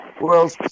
world